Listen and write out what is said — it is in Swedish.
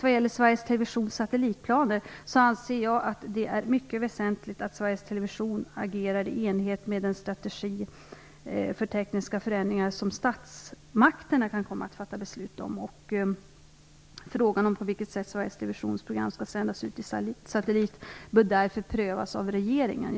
Vad gäller Sveriges Televisions satellitplaner anser jag att det är mycket väsentligt att Sveriges Television agerar i enlighet med den strategi för tekniska förändringar som statsmakterna kan komma att fatta beslut om. Frågan om på vilket sätt Sveriges Televisions program skall sändas ut i satellit bör därför prövas av regeringen.